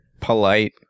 polite